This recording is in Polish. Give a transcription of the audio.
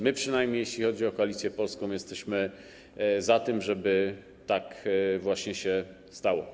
My przynajmniej, jeśli chodzi o Koalicję Polską, jesteśmy za tym, żeby tak właśnie się stało.